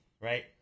right